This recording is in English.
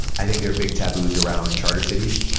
i think there are big taboos around charter cities,